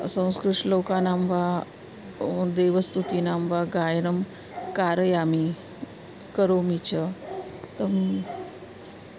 संस्कृतश्लोकानां वा देवस्तुतीनां वा गायनं कारयामि करोमि च तं